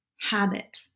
habit